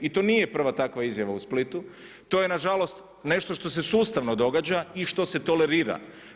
I to nije prva takva izjava u Splitu, to je nažalost nešto što se sustavno događa i što se tolerira.